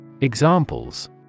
Examples